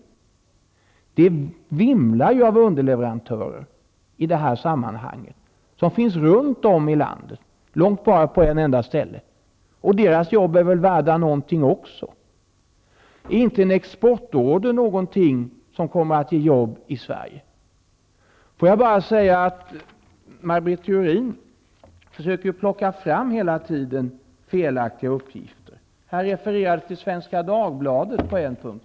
Men det vimlar ju av underleverantörer i det här sammanhanget som finns runt om i landet. Deras arbeten är väl också värda något? En exportorder är väl något som kommer att ge arbetstillfällen i Sverige? Maj Britt Theorin försöker hela tiden plocka fram felaktiga uppgifter. Hon refererade till Svenska Dagbladet på en punkt.